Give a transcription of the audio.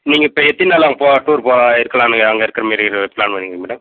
நீங்கள் இப்போ எத்தனை நாளாக அங்கே போ டூர் போ இருக்கலான்னு அங்கே இருக்கற மாதிரி இது ப்ளான் பண்ணிங்க மேடம்